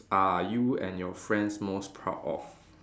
are you and your friends most proud of